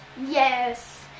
Yes